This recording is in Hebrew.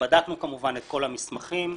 שבדקנו כמובן את כל המסמכים,